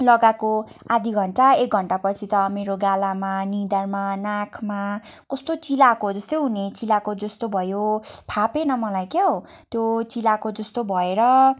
लगाएको आधी घन्टा एक घन्टा पछि त मेरो गालामा निधारमा नाकमा कस्तो चिलाएको जस्तो हुने चिलाएको जस्तो भयो फापेन मलाई क्याउ त्यो चिलाएको जस्तो भएर